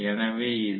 எனவே இது